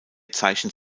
zeichnet